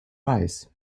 weiß